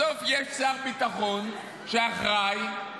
שר הביטחון של 7 באוקטובר.